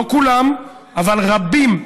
לא כולם אבל רבים,